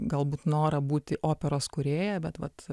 galbūt norą būti operos kūrėja bet vat